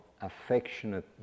affectionate